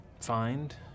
find